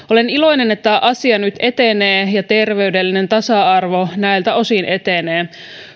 olen iloinen että asia nyt etenee ja terveydellinen tasa arvo näiltä osin etenee